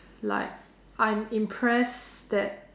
like I'm impressed that